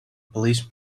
police